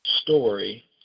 story